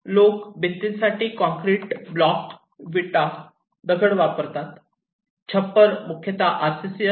लोक भिंती साठी कॉंक्रिट ब्लॉक विटा दगड वापरतात छप्पर मुख्यतः आरसीसी असते